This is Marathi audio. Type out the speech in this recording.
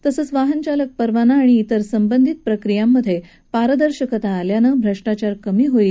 तसंच वाहन चालक परवाना आणि इतर संबंधित प्रक्रियांमध्ये पारदर्शकता आल्यानं भ्रष्टाचार कमी होईल